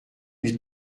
lui